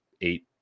eight